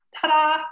Ta-da